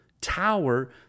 tower